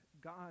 God